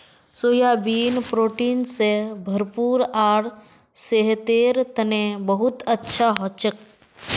soybean protein स भरपूर आर सेहतेर तने बहुत अच्छा हछेक